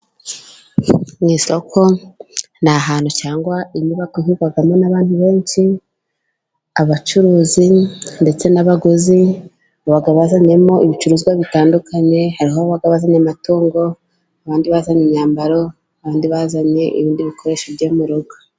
Mu isoko n'ahantu cyangwa inyubako ihurirwamo n'abandi benshi. Abacuruzi ndetse n'abaguzi bazanyemo ibicuruzwa bitandukanye, hari abazanye amatungo, abandi bazanye imyambaro, abandi bazanye ibindi bikoresho byo mu rugo.